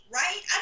right